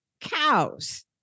cows